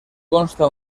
consta